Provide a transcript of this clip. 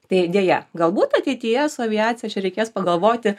tai deja galbūt ateityje su aviacija čia reikės pagalvoti